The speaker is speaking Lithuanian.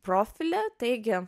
profilį taigi